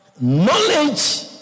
knowledge